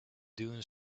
dune